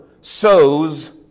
sows